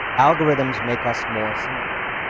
algorithms make us more similar.